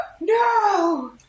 No